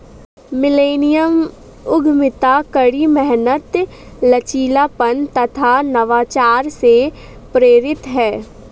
millennium उद्यमिता कड़ी मेहनत, लचीलापन तथा नवाचार से प्रेरित है